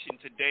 Today